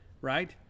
right